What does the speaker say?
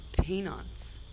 peanuts